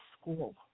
school